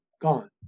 gone